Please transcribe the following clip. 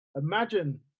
imagine